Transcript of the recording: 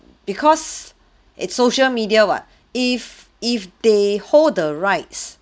because it's social media [what] if if they hold the rights